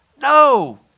No